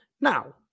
Now